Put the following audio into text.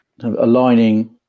aligning